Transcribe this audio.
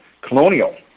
colonial